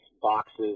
boxes